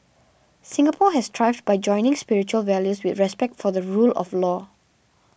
Singapore has thrived by joining spiritual values with respect for the rule of law